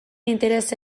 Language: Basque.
interesa